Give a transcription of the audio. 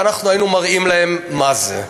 ואנחנו היינו "מראים להם מה זה",